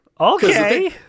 okay